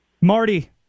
Marty